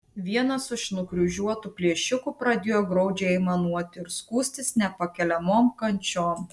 vienas iš nukryžiuotų plėšikų pradėjo graudžiai aimanuoti ir skųstis nepakeliamom kančiom